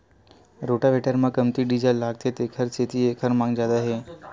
rotavator म कमती diesel लागथे तेखर सेती एखर मांग जादा हे